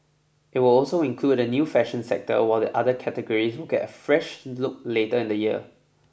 it will also include a new fashion sector while the other categories will get a fresh look later in the year